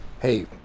Hey